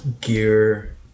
gear